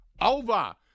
over